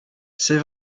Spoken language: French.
c’est